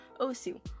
Osu